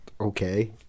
Okay